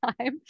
time